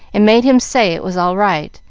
and made him say it was all right,